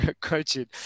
Coaching